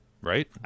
Right